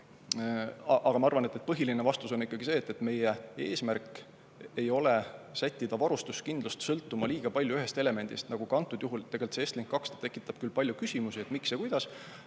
Ma arvan, et põhiline vastus on ikkagi see, et meie eesmärk ei ole sättida varustuskindlust sõltuma liiga palju ühest elemendist. Nagu ka Estlink 2 tekitab küll palju küsimusi, et miks ja kuidas,